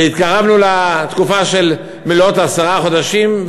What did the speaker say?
והתקרבנו לתקופה של מלאות עשרה חודשים,